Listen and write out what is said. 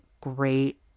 great